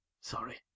sorry